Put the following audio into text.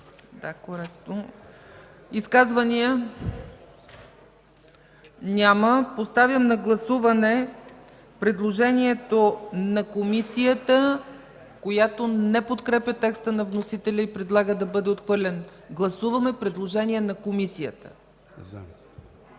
Да. Изказвания? Няма. Поставям на гласуване предложението на Комисията, която не подкрепя текста на вносителя и предлага да бъде отхвърлен. Моля, гласувайте предложението на Комисията.